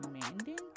demanding